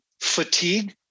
fatigue